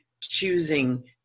choosing